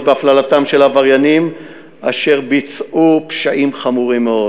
בהפללתם של עבריינים אשר ביצעו פשעים חמורים מאוד.